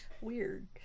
weird